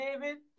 David